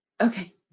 okay